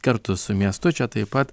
kartu su miestu čia taip pat